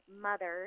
mothers